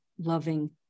loving